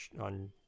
on